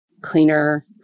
cleaner